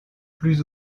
plus